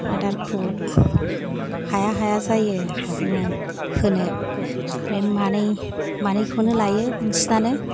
आदारखौ हाया हाया जायो जोङो होनो बे मानै खौनो लायो बांसिनानो